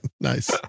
Nice